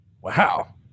Wow